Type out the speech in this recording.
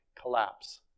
collapse